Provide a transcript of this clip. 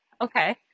Okay